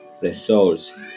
resource